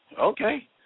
Okay